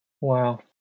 Wow